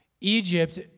Egypt